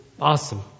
Awesome